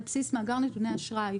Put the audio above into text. על בסיס מאגר נתוני האשראי,